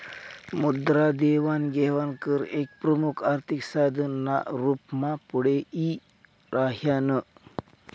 मुद्रा देवाण घेवाण कर एक प्रमुख आर्थिक साधन ना रूप मा पुढे यी राह्यनं